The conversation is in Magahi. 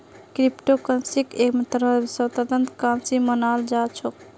क्रिप्टो करन्सीक एक तरह स स्वतन्त्र करन्सी मानाल जा छेक